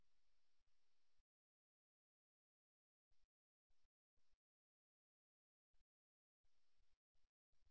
நிகர வேலை நிகழ்வின் போது இந்த வீடியோவில் கால்கள் மற்றும் கால்களின் அசைவுகள் பகுப்பாய்வு செய்யப்பட்டுள்ளன